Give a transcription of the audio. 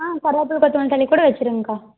ஆ கருவேப்பிலை கொத்தமல்லி கூட வச்சுடுங்கக்கா